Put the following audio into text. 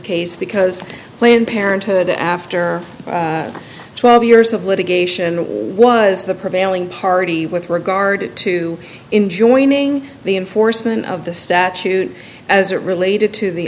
case because planned parenthood after twelve years of litigation was the prevailing party with regard to enjoying the enforcement of the statute as it related to the